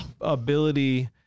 Ability